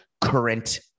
current